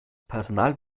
personal